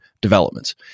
developments